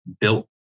built